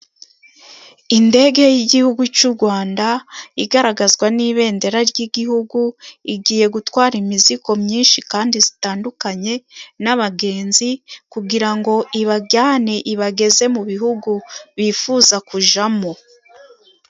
Indege y'igihugu c'u Rwanda igaragazwa n'ibendera ry'igihugu, igiye gutwara imizigo myinshi kandi zitandukanye, n'abagenzi kugira ngo ibajyane ibageze mu bihugu bifuza kujamo.